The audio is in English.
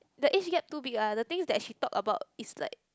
the age gap too big ah the things that she talk about is like